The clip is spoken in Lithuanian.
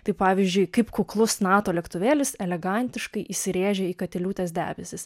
tai pavyzdžiui kaip kuklus nato lėktuvėlis elegantiškai įsirėžia į katiliūtės debesis